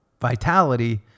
vitality